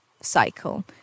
cycle